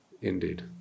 Indeed